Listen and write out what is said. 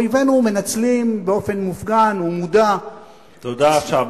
אויבינו מנצלים באופן מופגן ומודע -- תודה שם,